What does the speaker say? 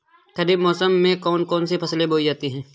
खरीफ मौसम में कौन कौन सी फसलें बोई जाती हैं?